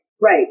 Right